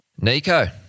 Nico